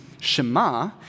shema